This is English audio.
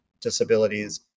disabilities